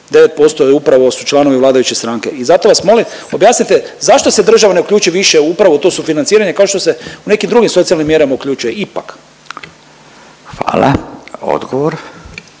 99% upravo su članovi vladajuće stranke. I zato vas molim objasnite zašto se država ne uključi više upravo u to sufinanciranje kao što se u nekim drugim socijalnim mjerama uključuje ipak? **Radin,